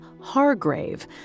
Hargrave